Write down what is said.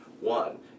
One